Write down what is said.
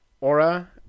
aura